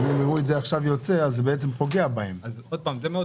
אם הם יראו את זה עכשיו יוצא, זה בעצם פוגע בהם.